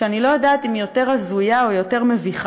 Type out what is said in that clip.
שאני לא יודעת אם היא יותר הזויה או יותר מביכה,